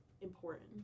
important